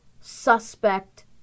suspect